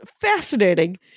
fascinating